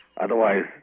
Otherwise